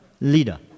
leader